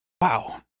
Wow